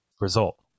result